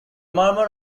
murmur